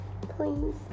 please